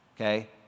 Okay